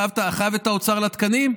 אתה חייב את האוצר לתקנים?